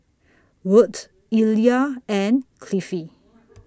Wirt Illya and Cliffie